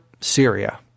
Syria